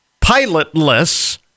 pilotless